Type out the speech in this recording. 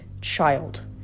child